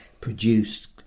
produced